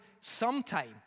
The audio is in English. sometime